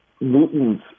Newton's